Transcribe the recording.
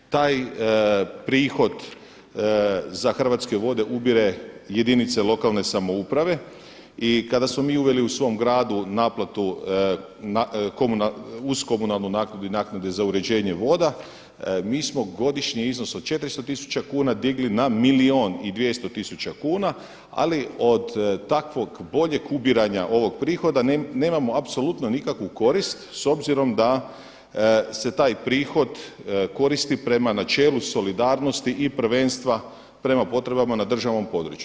Taj prihod za Hrvatske vode ubiru jedinice lokalne samouprave i kada smo mi uveli u svom gradu naplatu, uz komunalnu naknadu i naknadu za uređenje voda, mi smo godišnji iznos od 400 tisuća kuna digli na milijun i 200 tisuća kuna, ali od takvog boljeg ubiranja ovog prihoda nemamo apsolutno nikakvu korist s obzirom da se taj prihod koristi prema načelu solidarnosti i prvenstva prema potrebama na državnom području.